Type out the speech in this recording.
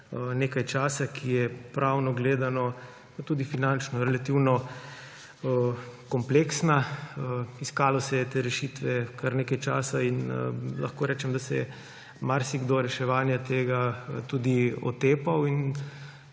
nekaj časa, ki je pravno pa tudi finančno gledano relativno kompleksna. Iskalo se je te rešitve kar nekaj časa in lahko rečem, da se je marsikdo reševanja tega tudi otepal.